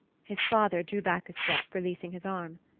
his father drew back a step, releasing his arm.